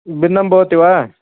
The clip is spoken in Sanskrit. भिन्नं भवति वा